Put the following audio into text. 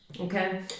okay